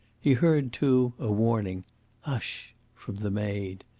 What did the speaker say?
he heard, too, a warning hush! from the maid.